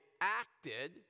acted